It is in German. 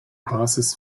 basis